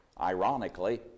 Ironically